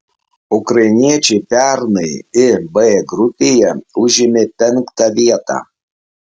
ukrainiečiai pernai ib grupėje užėmė penktą vietą